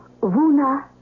Vuna